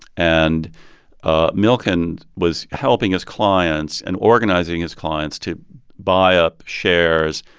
and ah milken was helping his clients and organizing his clients to buy up shares,